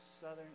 southern